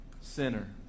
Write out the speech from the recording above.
sinner